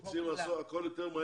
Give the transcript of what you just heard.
רוצים לעשות הכול יותר מהר.